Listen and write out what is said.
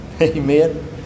Amen